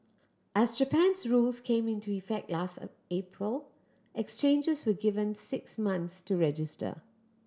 as Japan's rules came into effect last April exchanges were given six months to register